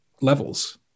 levels